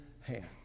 hand